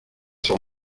sur